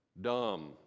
dumb